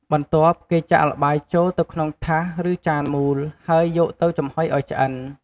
បន្ទាប់គេចាក់ល្បាយចូលទៅក្នុងថាស ឬចានមូល ហើយយកទៅចំហុយឱ្យឆ្អិន។